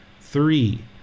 Three